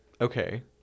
Okay